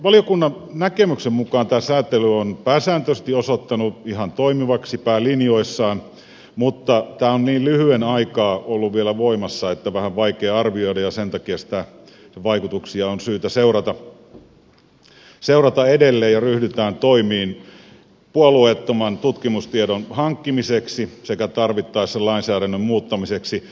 talousvaliokunnan näkemyksen mukaan tämä säätely on pääsääntöisesti osoittautunut ihan toimivaksi päälinjoissaan mutta tämä on niin lyhyen aikaa ollut vielä voimassa että on vähän vaikea arvioida ja sen takia niitä vaikutuksia on syytä seurata edelleen ja ryhdytään toimiin puolueettoman tutkimustiedon hankkimiseksi sekä tarvittaessa lainsäädännön muuttamiseksi